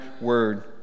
Word